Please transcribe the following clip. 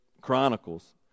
Chronicles